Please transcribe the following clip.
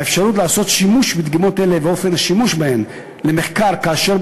האפשרות לעשות שימוש בדגימות אלה ואופן השימוש בהן למחקר כאמור